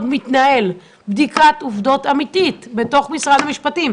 מתנהלת בדיקת עובדות אמיתית בתוך משרד המשפטים,